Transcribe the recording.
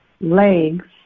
legs